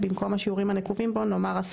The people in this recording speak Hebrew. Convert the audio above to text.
במקום השיעורים הנקובים בו נאמר "10%";